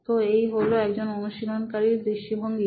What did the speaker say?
তো এই হলো একজন অনুশীলনকারীর দৃষ্টিভঙ্গি